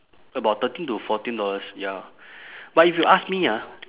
about thirteen to fourteen dollars ya but if you ask me ah